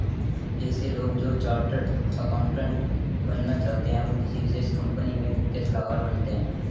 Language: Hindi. ऐसे लोग जो चार्टर्ड अकाउन्टन्ट बनना चाहते है वो किसी विशेष कंपनी में वित्तीय सलाहकार बनते हैं